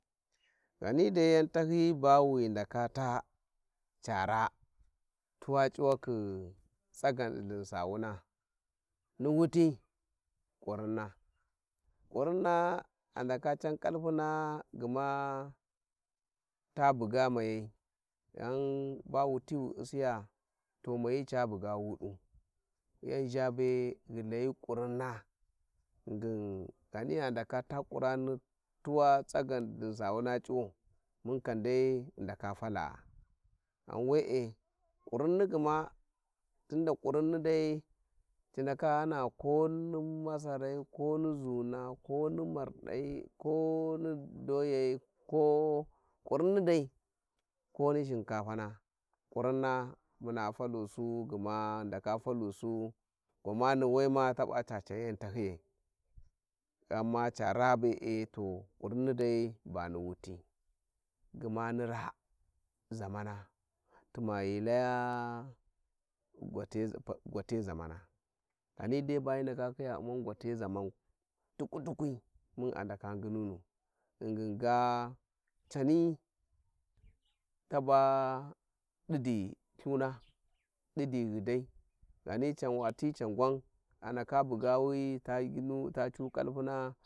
﻿Ghani dai yan tahyiyi ba wi ghi ndaka ta ca ra`a, tuwa cuwakhi tsagan di u`m sawuna, ni wuti kurinna, kurmina a ndaka can kalpuna gma ta buga mayai ghan ba wuti wu u'siya to mayi ca bugawu wudu, yan zha be ghi layi kurinna ghingin ghani gha ndaka ta kurinni tuwa tsagan thin sawuna c'uwau mun kam dai ghi ndaka falaa, ghan we'e, kurinni gma' tun da kurinni dai ci ndaka ghana ko ni masarai ko ni zuuna, ko ni mardai, ko ni doyai ko, kurinni dai ko ni shinkafana, kurinna muna falusi gma ghi ndaka felusi, gwamani we ma taba ta tan yan tahyiyai, ghan ma ca raa bee to kurinni dai ba ni wuti, gma ni raa zamana, tuma ghi laya gwate zamana ghani dai ba hi ndaka khiya u`man gwate zaman tukwi tukwi mun a ndaka nginunu, ghingm ga cani tabdidi Ithuna, didi ghidai ghanican wa ti ca gwan a ndaka buğawi taginu ta cu kalpuna